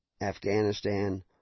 Afghanistan